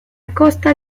costa